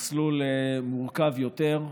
מסלול מורכב יותר,